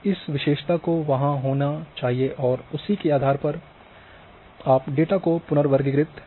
इस विशेषता को वहां होना चाहिए और उसी के आधार पर आप डेटा को पुनर्वर्गीकृत कर सकते हैं